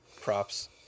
Props